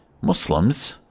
Muslims